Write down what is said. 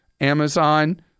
Amazon